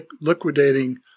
liquidating